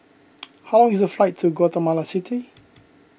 how long is the flight to Guatemala City